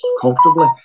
comfortably